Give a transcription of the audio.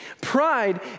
Pride